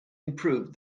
improved